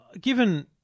given